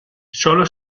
sólo